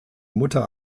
mutter